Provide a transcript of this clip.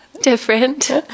Different